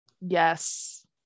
Yes